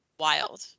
Wild